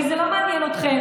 כי זה לא מעניין אתכם,